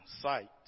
sight